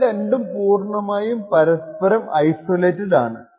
ഇവ രണ്ടും പൂർണമായും പരസ്പരം ഐസൊലേറ്റഡ് ആണ്